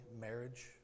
marriage